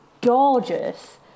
gorgeous